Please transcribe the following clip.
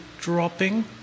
dropping